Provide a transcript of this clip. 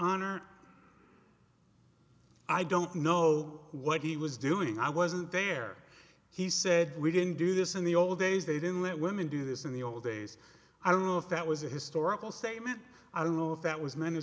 honor i don't know what he was doing i wasn't there he said we didn't do this in the old days they didn't let women do this in the old days i don't know if that was a historical statement i don't know if that was mean